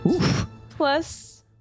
plus